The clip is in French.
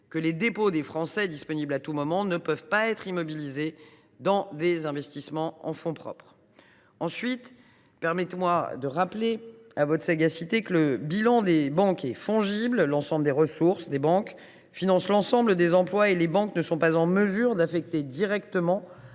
les dépôts des Français, disponibles à tout moment, ne peuvent être immobilisés dans des investissements en fonds propres. Ensuite, permettez moi de rappeler à votre sagacité que le bilan des banques est fongible. L’ensemble des ressources des banques financent l’ensemble des emplois, et ces établissements ne sont pas en mesure d’affecter directement